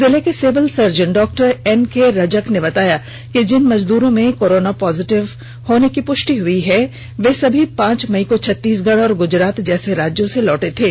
जिले के civil surgeon doctor NK Rajak ने बताया कि जिन मजदूरों में कोरोना पॉजिटिव की पुष्टि हुई है वे सभी पांच मई को छत्तीसगढ़ और गुजरात जैसे राज्यों से लौटे थे